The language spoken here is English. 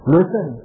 Listen